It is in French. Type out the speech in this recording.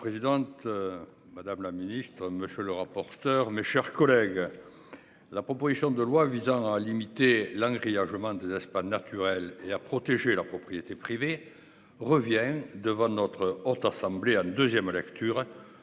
Madame la présidente. Madame la ministre, monsieur le rapporteur. Mes chers collègues. La proposition de loi visant à limiter l'un grillage m'des espaces naturels et à protéger leur propriété privée reviennent devant notre Haute assemblée deuxième lecture.